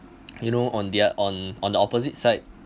you know on their on on the opposite side